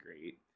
great